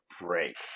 break